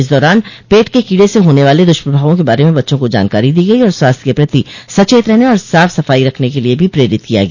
इस दौरान पेट के कीड़े से होने वाले दुष्प्रभाव के बारे में बच्चों को जानकारी दी गई और स्वास्थ्य के प्रति सचेत रहने और साफ सफाई रखने के लिए भी प्रेरित किया गया